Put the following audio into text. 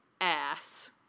ass